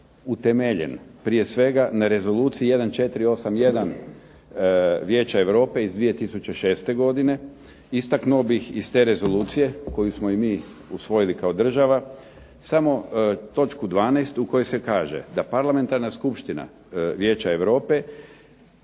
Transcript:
utemeljen prije svega na rezoluciji 1481 Vijeća Europe iz 2006. godine. Istaknuo bih iz te rezolucije koju smo i mi usvojili kao država. Samo točku 12. u kojoj se kaže da Parlamentarna skupština Vijeća Europe